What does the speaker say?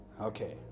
Okay